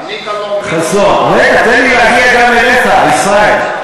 ענית לו, רגע, תן לי להגיע גם אליך, ישראל.